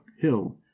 hill